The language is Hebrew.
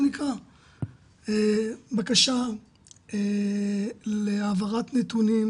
בקשה להעברת נתונים